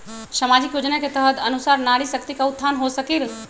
सामाजिक योजना के तहत के अनुशार नारी शकति का उत्थान हो सकील?